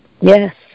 Yes